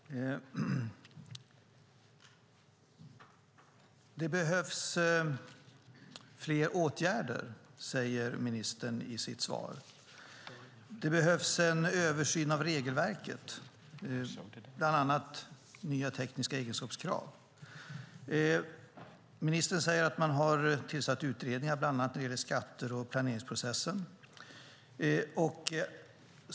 Herr talman! Det behöver vidtas fler åtgärder, säger ministern i sitt svar. Det behöver göras en översyn av regelverket, exempelvis vad gäller nya tekniska egenskapskrav. Ministern säger att man tillsatt utredningar, bland annat beträffande skatter och planeringsprocessen.